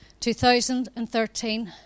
2013